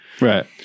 Right